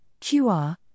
QR